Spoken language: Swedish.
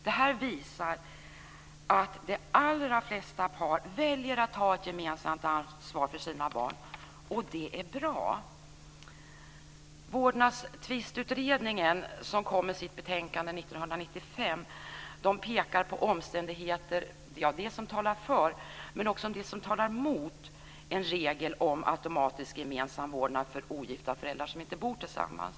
Det visar att de allra flesta par väljer att ta ett gemensamt ansvar för sina barn. Det är bra. Vårdnadstvistutredningen som kom med sitt betänkande 1995 pekar på omständigheter som talar mot en regel om automatisk gemensam vårdnad för ogifta föräldrar som inte bor tillsammans.